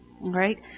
right